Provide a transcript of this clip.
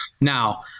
Now